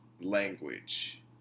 language